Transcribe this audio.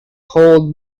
paul